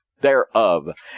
thereof